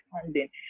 funding